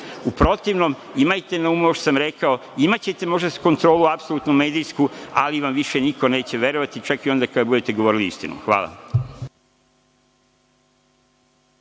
protivnom, imajte na umu ovo što sam rekao, imaćete kontrolu možda apsolutnu medijsku, ali vam više niko neće verovati, čak i onda kada budete govorili istinu. Hvala.